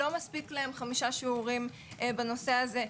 לא מספיק להם חמישה שיעורים בנושא הזה.